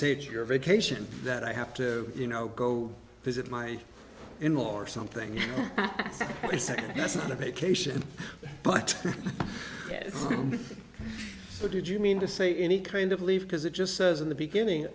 to your vacation that i have to you know go visit my in laws something that's not a vacation but did you mean to say any kind of leave because it just says in the beginning